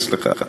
אצלך,